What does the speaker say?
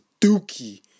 dookie